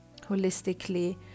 holistically